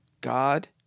God